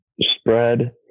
spread